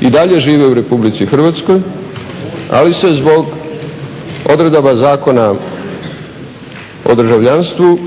i dalje žive u RH ali se zbog odredaba Zakona o državljanstvu